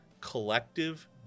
collective